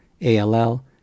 A-L-L